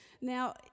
Now